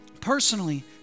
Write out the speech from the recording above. personally